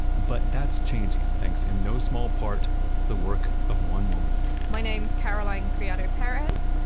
but that's changing, thanks in no small part to the work of one woman my name is caroline criado perez.